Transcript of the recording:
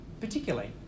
particularly